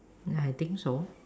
ya I think so